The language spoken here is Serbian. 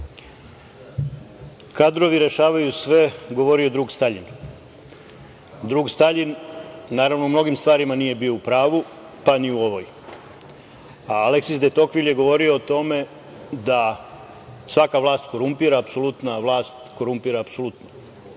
„Kadrovi rešavaju sve“, govorio je drug Staljin. Drug Staljin, naravno u mnogim stvarima nije bio u pravu, pa ni u ovoj, a Aleksis De Tokvil je govorio o tome da svaka vlast korumpira, apsolutna vlast korumpira apsolutnu. Znači,